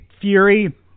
Fury